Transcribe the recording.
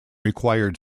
required